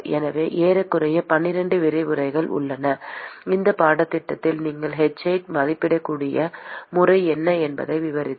எனவே ஏறக்குறைய 12 விரிவுரைகள் உள்ளன இந்த பாடத்திட்டத்தில் நீங்கள் h ஐ மதிப்பிடக்கூடிய முறை என்ன என்பதை விவரிக்கிறது